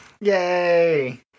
Yay